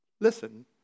listen